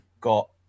got